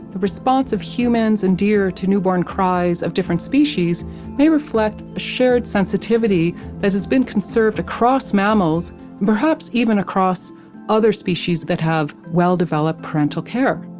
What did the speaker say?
the response of humans and deer to newborn cries of different species may reflect a shared sensitivity that has been conserved across mammals and perhaps even across other species that have well-developed parental care